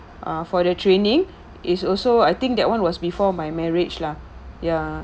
uh for the training is also I think that one was before my marriage lah ya